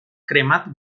cremat